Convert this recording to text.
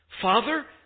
Father